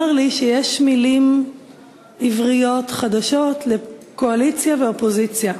לי שיש מילים עבריות חדשות לקואליציה ואופוזיציה: